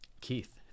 Keith